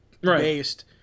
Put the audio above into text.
based